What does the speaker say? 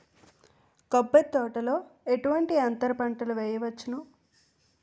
కొబ్బరి తోటలో ఎటువంటి అంతర పంటలు వేయవచ్చును?